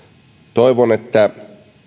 toivon että